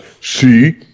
see